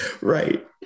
Right